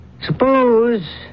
Suppose